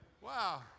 Wow